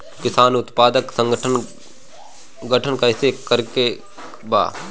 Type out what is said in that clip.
किसान उत्पादक संगठन गठन कैसे करके बा?